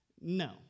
No